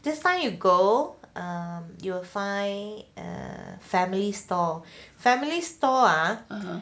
that's why you go you will find a family store family store ah